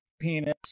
penis